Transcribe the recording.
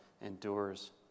endures